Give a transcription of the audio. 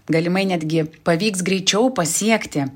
galimai netgi pavyks greičiau pasiekti